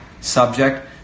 subject